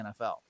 NFL